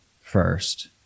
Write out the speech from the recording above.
first